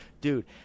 dude